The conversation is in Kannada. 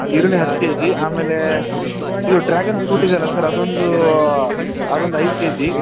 ಈರುಳ್ಳಿ ಹತ್ತು ಕೆ ಜಿ ಆಮೇಲೆ ಇದು ಡ್ರಾಗನ್ ಫ್ರೂಟ್ ಇದೆಯಲ್ಲ ಸರ್ ಅದೊಂದು ಅದೊಂದು ಐದು ಕೆ ಜಿ